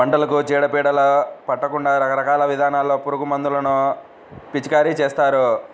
పంటలకు చీడ పీడలు పట్టకుండా రకరకాల విధానాల్లో పురుగుమందులను పిచికారీ చేస్తారు